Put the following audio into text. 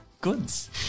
goods